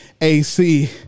AC